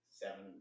seven